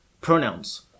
pronouns